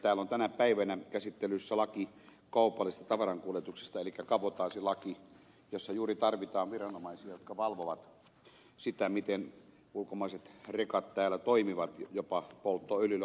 täällä on tänä päivänä käsittelyssä laki kaupallisista tavarankuljetuksista elikkä kabotaasi laki jossa juuri tarvitaan viranomaisia jotka valvovat sitä miten ulkomaiset rekat täällä toimivat jopa polttoöljyllä ajelevat